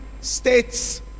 states